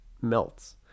melts